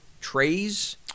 trays